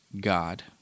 God